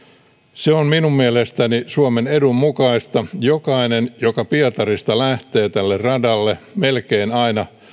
se on minun mielestäni suomen edun mukaista jokainen joka pietarista lähtee tälle radalle melkein aina